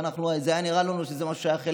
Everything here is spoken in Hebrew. וזה היה נראה לנו שזה משהו ששייך אליהם,